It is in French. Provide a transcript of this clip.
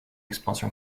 expansion